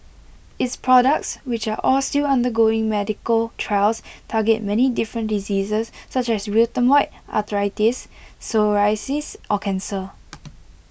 its products which are all still undergoing medical trials target many different diseases such as rheumatoid arthritis psoriasis or cancer